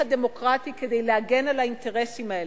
הדמוקרטי כדי להגן על האינטרסים האלה.